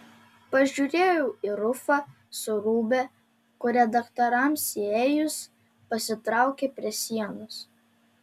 pažiūrėjau į rufą su rūbe kurie daktarams įėjus pasitraukė prie sienos